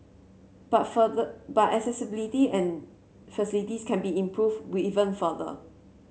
but for the but accessibility and facilities can be improved with even further